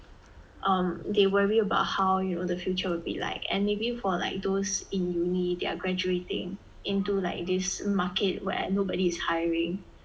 um they worry about how you know the future will be like and maybe for like those in uni they are graduating into like this market where nobody is hiring